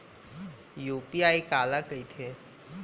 UPI काला कहिथे?